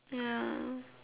ya